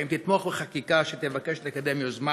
האם תתמוך בחקיקה שתבקש לקדם יוזמה